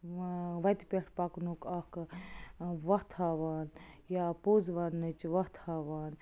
وا وَتہِ پٮ۪ٹھ پکنُک اَکھ وَتھ ہاوان یا پوٚز وَننٕچ وَتھ ہاوان